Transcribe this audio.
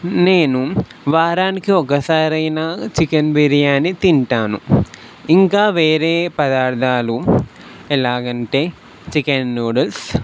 నేను వారానికి ఒకసారి అయినా చికెన్ బిర్యాని తింటాను ఇంకా వేరే పదార్థాలు ఎలాగంటే చికెన్ నూడుల్స్